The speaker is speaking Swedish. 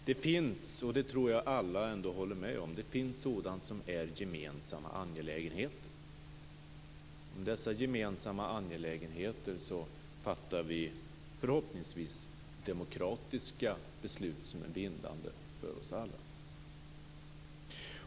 Fru talman! Jag tror att alla håller med om att det finns sådant som är gemensamma angelägenheter. Om dessa gemensamma angelägenheter fattar vi förhoppningsvis demokratiska beslut som är bindande för oss alla.